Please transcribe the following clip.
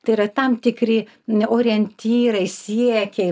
tai yra tam tikri ne orientyrai siekiai